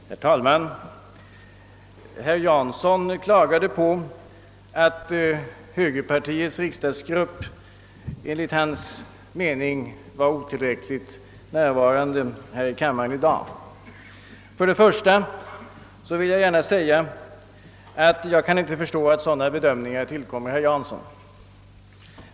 Herr talman! Herr Jansson klagade på att medlemmarna i högerpartiets riksdagsgrupp enligt hans mening är otillräckligt närvarande här i kammaren i dag. För det första anser jag inte att en sådan bedömning tillkommer herr Jansson.